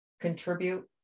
contribute